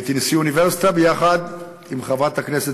הייתי נשיא אוניברסיטה ביחד עם חברת הכנסת